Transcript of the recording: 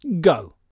go